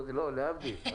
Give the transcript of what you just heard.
מימשו אותה,